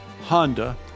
Honda